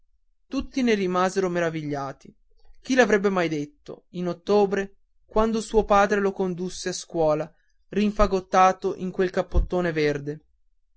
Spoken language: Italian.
tutti ne rimasero meravigliati chi l'avrebbe mai detto in ottobre quando suo padre lo condusse a scuola rinfagottato in quel cappottone verde